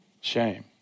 Shame